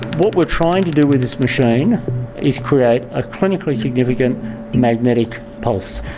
what we're trying to do with this machine is create a clinically significant magnetic pulse,